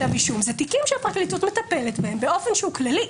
אלא על תיקים שהפרקליטות מטפלת בהם באופן שהוא כללי.